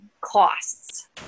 costs